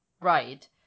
right